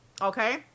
Okay